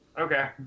okay